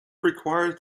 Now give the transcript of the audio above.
required